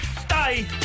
Stay